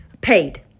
paid